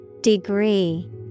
Degree